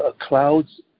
clouds